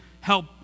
help